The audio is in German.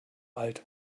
alt